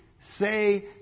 say